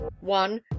One